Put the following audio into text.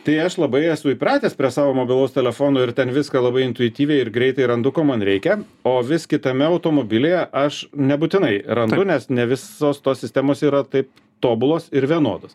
tai aš labai esu įpratęs prie savo mobilaus telefono ir ten viską labai intuityviai ir greitai randu ko man reikia o vis kitame automobilyje aš nebūtinai randu nes ne visos tos sistemos yra taip tobulos ir vienodos